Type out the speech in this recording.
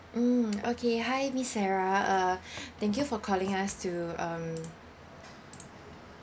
mm okay hi miss sarah uh thank you for calling us to um